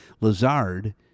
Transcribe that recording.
Lazard